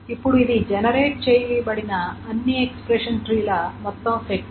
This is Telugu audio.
ఇప్పుడు ఇది జెనెరేట్ చేయబడిన అన్ని ఎక్స్ప్రెషన్ ట్రీ ల మొత్తం సెట్